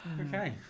Okay